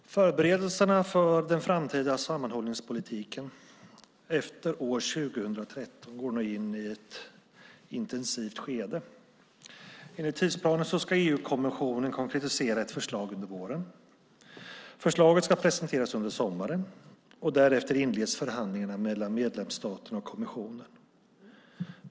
Herr talman! Förberedelserna för den framtida sammanhållningspolitiken efter år 2013 går nu in i ett intensivt skede. Enligt tidsplanen ska EU-kommissionen i vår konkretisera ett förslag. Förslaget ska presenteras i sommar. Därefter inleds förhandlingarna mellan medlemsstaterna och kommissionen.